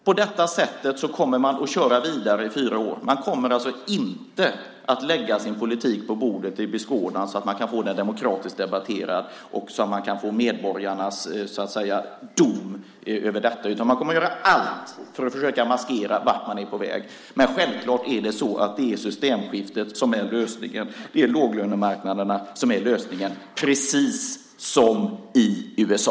På det sättet kommer man att köra vidare i fyra år. Man kommer inte att lägga sin politik på bordet till beskådande så att man kan få den demokratiskt debatterad och så att man kan få medborgarnas dom över denna. Man kommer att göra allt för att försöka maskera vart man är på väg, men självfallet är det systemskiftet som är lösningen. Det är låglönemarknaderna som är lösningen, precis som i USA.